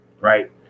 right